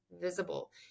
visible